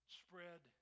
spread